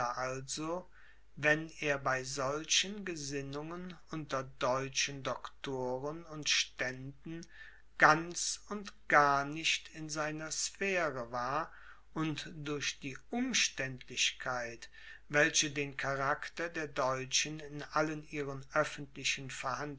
also wenn er bei solchen gesinnungen unter deutschen doctoren und ständen ganz und gar nicht in seiner sphäre war und durch die umständlichkeit welche den charakter der deutschen in allen ihren öffentlichen